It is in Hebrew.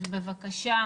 בבקשה,